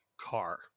car